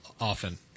often